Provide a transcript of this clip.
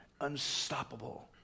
unstoppable